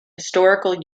historical